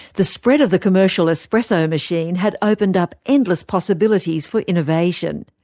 the spread of the commercial espresso machine had opened up endless possibilities for innovation.